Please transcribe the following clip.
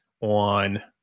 on